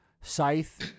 Scythe